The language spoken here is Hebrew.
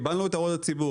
קיבלנו את הערות הציבור.